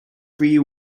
free